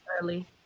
early